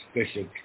special